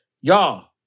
y'all